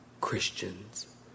Christians